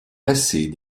passée